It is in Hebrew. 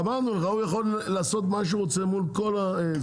אמרנו לך הוא יכול לעשות מה שהוא רוצה מול כל הזה,